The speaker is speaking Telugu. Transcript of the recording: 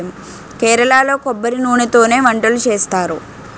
కేరళలో కొబ్బరి నూనెతోనే వంటలు చేస్తారు